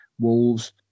Wolves